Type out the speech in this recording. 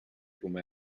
come